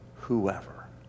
Whoever